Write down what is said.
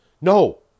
No